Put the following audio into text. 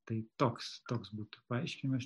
tai toks toks būtų paaiškinimas